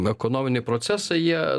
ekonominiai procesai jie